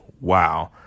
Wow